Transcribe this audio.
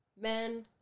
Men